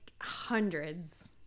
hundreds